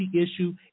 issue